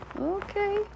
Okay